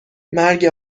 مرگ